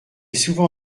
souvent